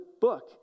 book